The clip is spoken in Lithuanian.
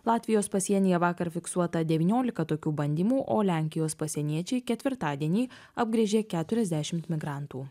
latvijos pasienyje vakar fiksuota devyniolika tokių bandymų o lenkijos pasieniečiai ketvirtadienį apgręžė keturiasdešimt migrantų